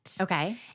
Okay